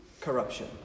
corruption